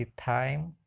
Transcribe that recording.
time